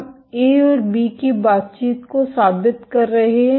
हम ए और बी की बातचीत को साबित कर रहे हैं